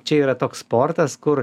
čia yra toks sportas kur